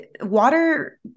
water